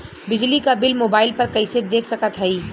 बिजली क bill mobile पर कईसे देख सकत हई?